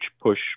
push